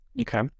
Okay